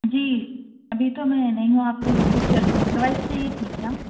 جی ابھی تو میں نہیں ہوں آپ کو کچھ دوائی چاہئے تھی کیا